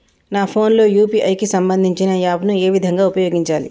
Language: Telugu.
నా ఫోన్ లో యూ.పీ.ఐ కి సంబందించిన యాప్ ను ఏ విధంగా ఉపయోగించాలి?